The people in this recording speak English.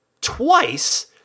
twice